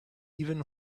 even